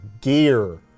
gear